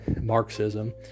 Marxism